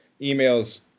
emails